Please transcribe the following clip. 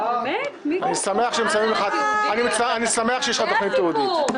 אני שמח שיש עליך תוכנית תיעודית.